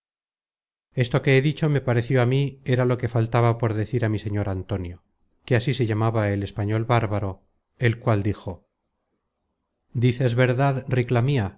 esto que he dicho me pareció á mí era lo que le faltaba por decir á mi señor antonio que así se llamaba el español bárbaro el cual dijo dices verdad ricla